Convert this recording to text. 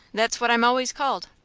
that's what i'm always called.